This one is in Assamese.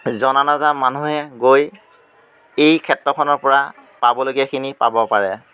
জনা নজনা মানুহে গৈ এই ক্ষেত্ৰখনৰ পৰা পাবলগীয়াখিনি পাব পাৰে